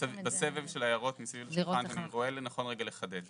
בסבב של ההערות מסביב לשולחן שאני רואה לנכון לחדד.